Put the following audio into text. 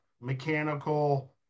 mechanical